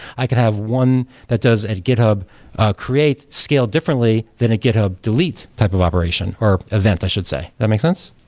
i could have one that does at github create scale differently, than a github delete type of operation, or event i should say. that makes sense?